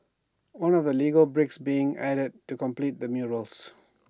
one of the legal bricks being added to complete the murals